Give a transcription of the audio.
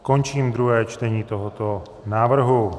Končím druhé čtení tohoto návrhu.